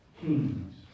Kings